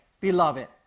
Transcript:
beloved